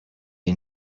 you